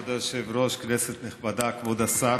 כבוד היושב-ראש, כנסת נכבדה, כבוד השר,